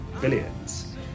billions